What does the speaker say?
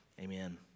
Amen